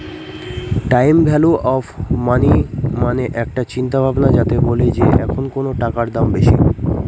time value of money মানে একটা চিন্তা ভাবনা যাতে বলে যে এখন কোনো টাকার দাম বেশি